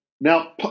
Now